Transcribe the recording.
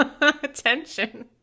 attention